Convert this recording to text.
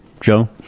joe